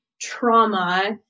trauma